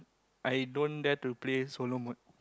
i don't dare to play solo mode